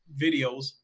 videos